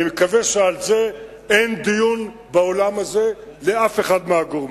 אני מקווה שעל זה אין דיון באולם הזה לאף אחד מהגורמים,